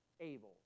able